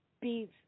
beef